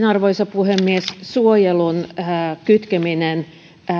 arvoisa puhemies suojelun kytkeminen